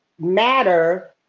matter